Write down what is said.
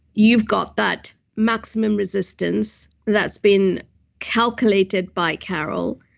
you've got that maximum resistance that's been calculated by car o l.